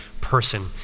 person